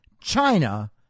China